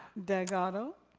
doug otto.